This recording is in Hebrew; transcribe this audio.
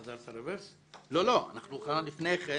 "המלצת הצוות המקצועי בעניינים המנויים לגבי היקף ההוצאה שאינה